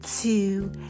two